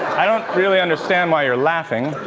i don't really understand why you're laughing.